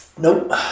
Nope